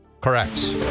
correct